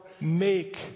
make